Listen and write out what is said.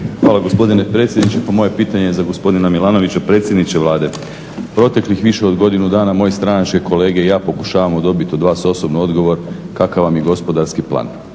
Hvala gospodine predsjedniče, pa moje pitanje je za gospodina Milanovića. Predsjedniče Vlade, proteklih više od godinu dana moji stranački kolege i ja pokušavamo dobiti od vas osobno odgovor kakav vam je gospodarski plan.